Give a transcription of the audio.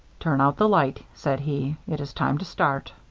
turn out the light, said he. it is time to start.